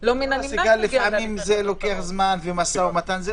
לפעמים זה לוקח זמן ומשא ומתן.